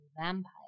vampire